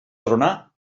tronar